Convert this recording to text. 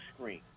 screen